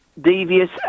devious